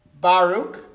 Baruch